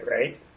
right